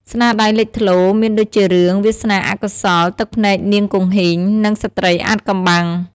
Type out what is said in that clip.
ស្នាដៃលេចធ្លោមានដូចជារឿង វាសនាអកុសល ទឹកភ្នែកនាងគង្ហីង និង ស្ត្រីអាថ៌កំបាំង។